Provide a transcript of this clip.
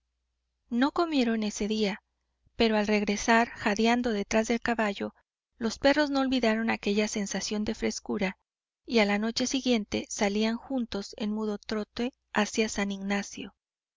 no comieron ese día pero al regresar jadeando detrás del caballo los perros no olvidaron aquella sensación de frescura y a la noche siguiente salían juntos en mudo trote hacia san ignacio